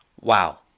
Wow